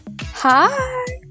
Hi